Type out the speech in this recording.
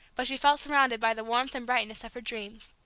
but she felt surrounded by the warmth and brightness of her dreams.